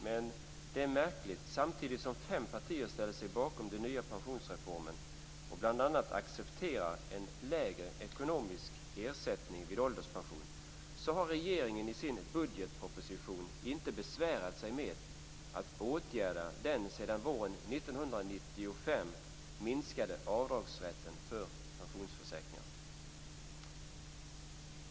Men det är märkligt att regeringen, samtidigt som fem partier ställer sig bakom den nya pensionsreformen och bl.a. accepterar en lägre ekonomisk ersättning vid ålderspension, i sin budgetproposition inte besvärat sig med att återställa den sedan våren 1995 minskade avdragsrätten för pensionsförsäkringar.